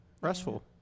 Restful